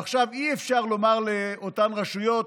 עכשיו אי-אפשר לומר לאותן רשויות: